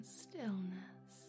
stillness